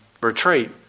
retreat